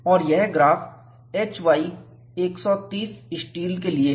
और यह graph HY130 steel के लिए है